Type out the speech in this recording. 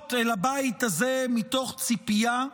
מגיעות אל הבית הזה מתוך ציפייה שאנחנו,